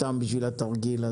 סתם בשביל התרגיל.